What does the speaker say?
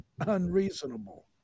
unreasonable